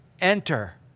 Enter